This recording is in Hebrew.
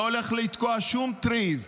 הוא לא הולך לתקוע שום טריז.